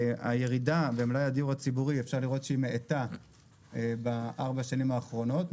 הירידה במלאי הדיור הציבורי הואטה בארבע השנים האחרונות,